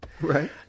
right